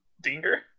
Dinger